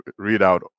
readout